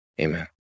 amen